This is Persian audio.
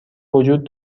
وجود